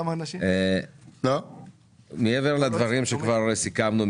257. מעבר לדברים שכבר סיכמנו,